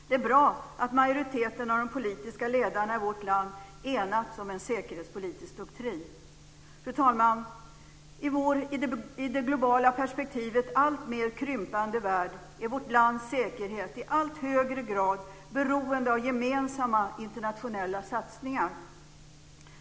Det är bra att majoriteten av de politiska ledarna i vårt land har enats om en säkerhetspolitisk doktrin. Fru talman! I vår i det globala perspektivet alltmer krympande värld är vårt lands säkerhet i allt högre grad beroende av gemensamma internationella satsningar.